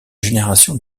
génération